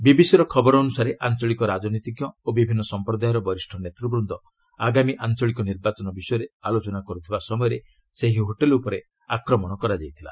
ବିବିସିର ଖବର ଅନୁସାରେ ଆଞ୍ଚଳିକ ରାଜନୀତିଜ୍ଞ ଓ ବିଭିନ୍ନ ସମ୍ପ୍ରଦାୟର ବରିଷ୍ଣ ନେତ୍ବୃନ୍ଦ ଆଗାମୀ ଆଞ୍ଚଳିକ ନିର୍ବାଚନ ବିଷୟରେ ଆଲୋଚନା କରୁଥିବା ସମୟରେ ସେହି ହୋଟେଲ୍ ଉପରେ ଆକ୍ରମଣ ହୋଇଥିଲା